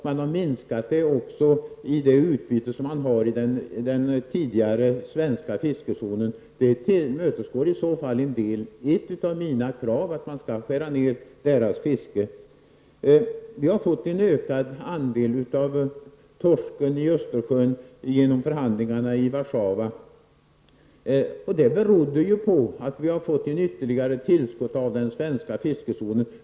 Man har också minskat det utbyte som EG haft i den tidigare svenska fiskezonen, och det tillmötesgår i så fall ett av mina krav, nämligen att man skall skära ner EGs fiske i den svenska zonen. Sverige har fått en ökad andel av torsken i Östersjön genom förhandlingarna i Warszawa. Det berodde på att vi fått ett ytterligare tillskott till den svenska fiskezonen.